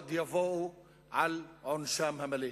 עוד יבואו על עונשם המלא.